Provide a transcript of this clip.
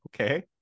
okay